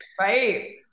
Right